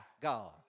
God